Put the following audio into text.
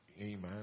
amen